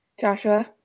Joshua